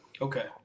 Okay